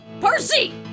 percy